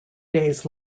days